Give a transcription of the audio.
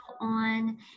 on